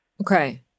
Okay